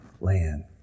land